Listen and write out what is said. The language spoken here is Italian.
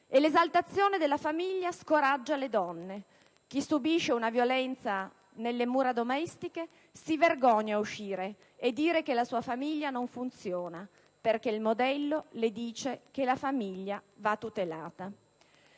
L'esaltazione della famiglia scoraggia le donne: chi subisce una violenza nelle mura domestiche si vergogna a uscire e a dire che la sua famiglia non funziona, perché il modello le dice che la famiglia va tutelata.